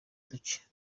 uduce